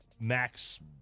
max